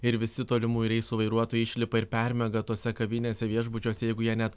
ir visi tolimųjų reisų vairuotojai išlipa ir permiega tose kavinėse viešbučiuose jeigu jie net